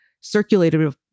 Circulated